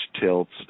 Tilts